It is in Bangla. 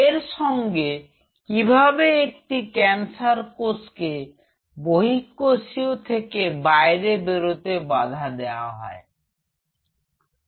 এর সঙ্গে কিভাবে একটি ক্যান্সার কোষকে বহিঃকোষীয় থেকে বাইরে বেরোতে বাধা দেয়া হবে